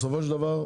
בסופו של דבר,